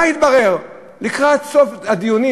מה התברר לקראת סוף הדיונים,